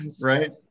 right